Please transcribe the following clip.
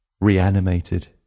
reanimated